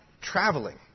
traveling